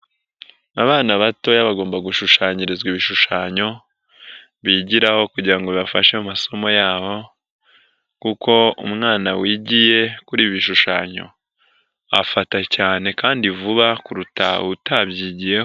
Abana batoya bagomba gushushanyirizwa ibishushanyo, bigiraho kugira ngo bafashe amasomo yabo kuko umwana wigiye kuri ibi bishushanyo, afata cyane kandi vuba kuruta utabyigiyeho.